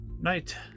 night